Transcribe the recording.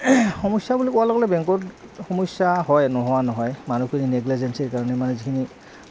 সমস্যা বুলি কোৱাৰ লগে লগে বেংকত সমস্যা হয় নোহোৱা নহয় মানুহখিনি নেগলিজেঞ্চিৰ কাৰণে মানে যিখিনি